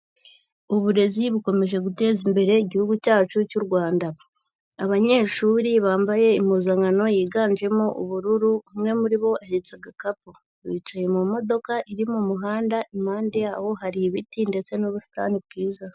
Uburezi bukomeje guteza imbere igihugu cyacu cy'u Rwanda. Abanyeshuri bambaye impuzankano yiganjemo ubururu, umwe muri bo ahetse agakapu, bicaye mu modoka iri mu muhanda, impande yabo hari ibiti ndetse n'ubusitani bwiza.